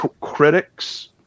critics